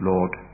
Lord